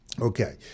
Okay